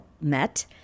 met